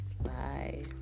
Bye